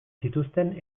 zituzten